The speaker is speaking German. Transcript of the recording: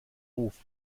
ruf